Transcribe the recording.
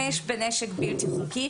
הציבור מתחמש בנשק בלתי חוקי.